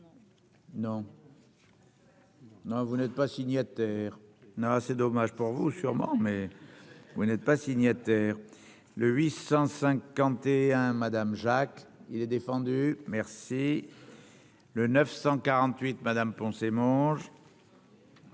Non, vous n'êtes pas signataire n'c'est dommage pour vous, sûrement, mais vous n'êtes pas signataire le 851 madame Jacques, il est défendu, merci le 948 madame poncer Monge.